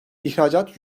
i̇hracat